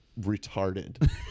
retarded